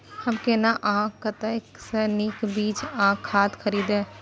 हम केना आ कतय स नीक बीज आ खाद खरीदे?